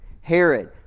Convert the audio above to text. Herod